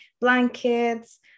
blankets